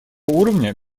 уровня